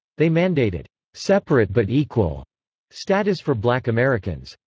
they mandated separate but equal status for black americans.